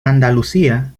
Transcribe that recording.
andalucía